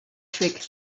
trick